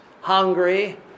hungry